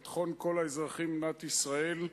ביטחון כל האזרחים במדינת ישראל.